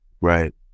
Right